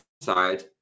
side